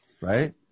right